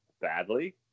badly